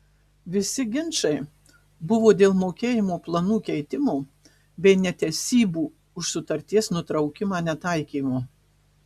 visi ginčai buvo dėl mokėjimo planų keitimo bei netesybų už sutarties nutraukimą netaikymo